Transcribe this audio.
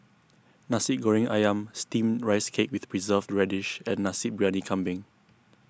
Nasi Goreng Ayam Steamed Rice Cake with Preserved Radish and Nasi Briyani Kambing